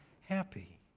happy